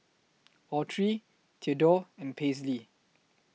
Autry Theadore and Paisley